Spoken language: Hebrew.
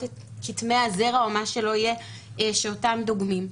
את כתמי הזרע או מה שלא יהיה שאותם דוגמים,